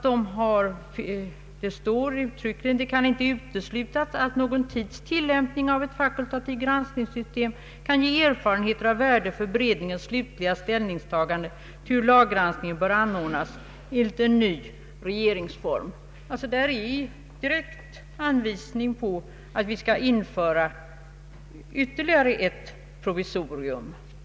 Det står uttryckligen: ”Det kan inte uteslutas att någon tids tillämpning av ett fakultativt granskningssystem kan ge erfarenheter av värde för beredningens slutliga ställningstagande hur laggranskningen bör anordnas enligt en ny regeringsform.” Där ges direkt anvisning på att vi skall införa ytterligare ett provisorium.